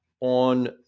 on